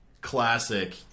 classic